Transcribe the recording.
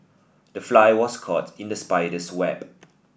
the fly was caught in the spider's web